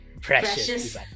Precious